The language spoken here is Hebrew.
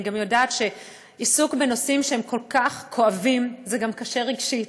אני יודעת שעיסוק בנושאים כל כך כואבים זה גם קשה רגשית,